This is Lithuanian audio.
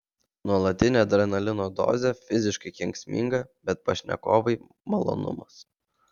nuolatinė adrenalino dozė fiziškai kenksminga bet pašnekovai malonumas